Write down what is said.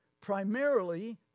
primarily